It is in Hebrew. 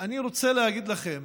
אני רוצה להגיד לכם